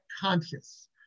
conscious